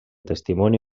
testimoni